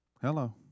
Hello